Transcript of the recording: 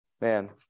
man